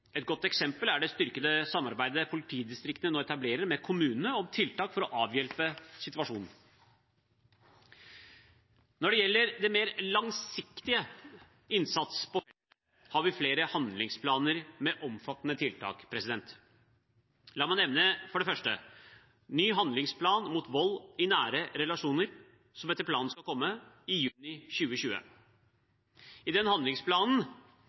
Et godt eksempel er det styrkede samarbeidet politidistriktene nå etablerer med kommunene om tiltak for å avhjelpe situasjonen. Når det gjelder den mer langsiktige innsatsen, har vi flere handlingsplaner med omfattende tiltak. La meg for det første nevne ny handlingsplan mot vold i nære relasjoner, som etter planen skal komme i juni 2020. I den handlingsplanen,